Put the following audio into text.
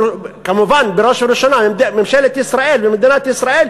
כמובן בראש ובראשונה ממשלת ישראל ומדינת ישראל,